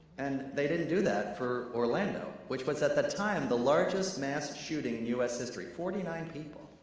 and they didn't do that for orlando, which was at the time the largest mass shooting in us history, forty nine people.